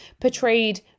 portrayed